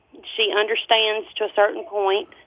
she understands to a certain point,